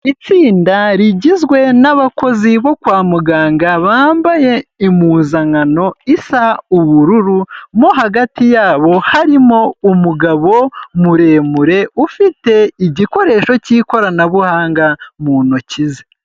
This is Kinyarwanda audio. Itsinda rigizwe n'abakozi bo kwa muganga bambaye impuzankano isa ubururu, mo hagati yabo harimo umugabo muremure ufite igikoresho cy'ikoranabuhanga mu ntoki ze.